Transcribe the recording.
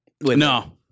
No